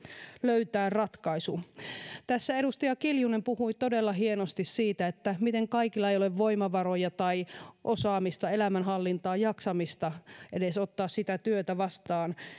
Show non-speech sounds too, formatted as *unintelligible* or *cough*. löytää ratkaisu *unintelligible* *unintelligible* *unintelligible* *unintelligible* *unintelligible* *unintelligible* tässä edustaja kiljunen puhui todella hienosti siitä miten kaikilla ei ole voimavaroja tai osaamista elämänhallintaa jaksamista edes ottaa sitä työtä vastaan *unintelligible*